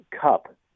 cup